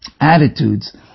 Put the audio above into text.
attitudes